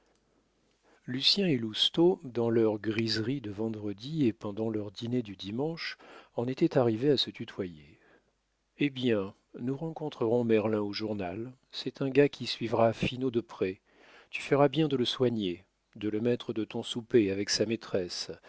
lucien et lousteau dans leur griserie de vendredi et pendant leur dîner du dimanche en étaient arrivés à se tutoyer eh bien nous rencontrerons merlin au journal c'est un gars qui suivra finot de près tu feras bien de le soigner de le mettre de ton souper avec sa maîtresse